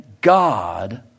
God